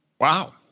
Wow